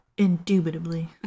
Indubitably